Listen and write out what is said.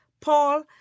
Paul